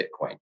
Bitcoin